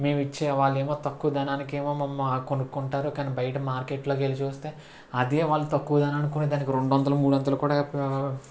మేము ఇచ్చే వాళ్ళు ఏమో తక్కువ ధనానికి ఏమో మమ్మ కొనుక్కుంటారు కానీ బయట మార్కెట్లో వెళ్ళి చూస్తే అదే వాళ్ళు తక్కువ ధనానికి కొన్ని దానికి రెండు ఇంతలు మూడింతలు కూడా